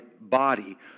body